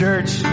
Church